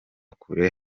kure